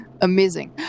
amazing